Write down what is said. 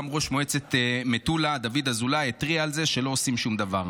גם ראש מועצת מטולה דוד אזולאי התריע על זה שלא עושים שום דבר.